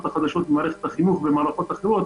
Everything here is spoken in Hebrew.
החדשות במערכת החינוך ומערכות אחרות,